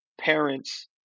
parents